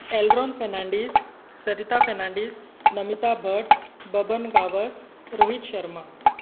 aileron Fernandes Sarita Fernandes Namita Bhat Baban Gawas Rohit Sharma